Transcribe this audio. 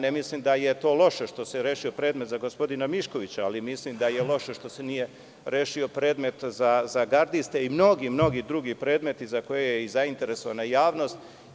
Ne mislim da je to loše što se rešio predmet za gospodina Miškovića, ali mislim da je loše što se nije rešio predmet za gardiste i mnogi drugi predmeti za koje je zainteresovana javnost.